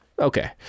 okay